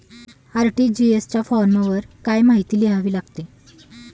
RTGS च्या फॉर्मवर काय काय माहिती लिहावी लागते?